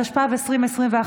התשפ"ב 2021,